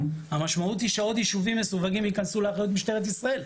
המשמעות היא שעוד יישובים מסווגים יכנסו לאחריות משטרת ישראל,